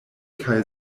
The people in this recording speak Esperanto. kaj